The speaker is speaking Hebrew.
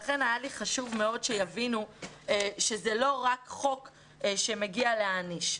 לכן היה לי חשוב מאוד שיבינו שזה לא רק חוק שמגיע כדי להעניש.